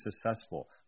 successful